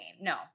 No